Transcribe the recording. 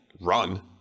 run